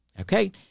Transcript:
Okay